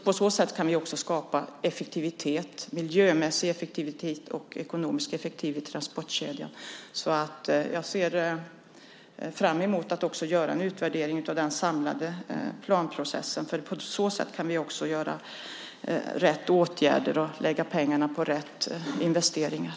På så sätt kan vi också skapa miljömässig effektivitet och ekonomisk effektivitet i transportkedjan. Jag ser fram emot att också göra en utvärdering av den samlade planprocessen. På så sätt kan vi vidta rätt åtgärder och lägga pengarna på rätt investeringar.